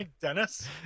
Dennis